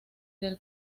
del